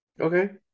Okay